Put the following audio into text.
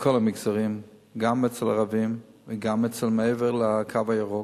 בכל המגזרים, גם אצל הערבים וגם מעבר ל"קו הירוק",